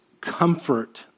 comfort